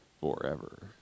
forever